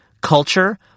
culture